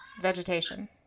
Vegetation